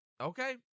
Okay